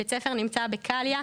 בית ספר נמצא בקלייה.